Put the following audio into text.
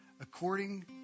according